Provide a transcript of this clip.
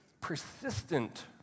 persistent